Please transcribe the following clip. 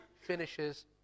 finishes